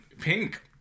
pink